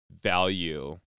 value